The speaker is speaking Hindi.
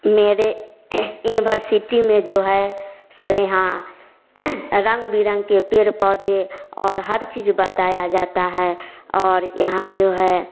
मेरे यूनिवर्सिटी में जो है सो यहाँ रंग बिरंगे पेड़ पौधे और हर चीज बताया जाता है और यहाँ जो है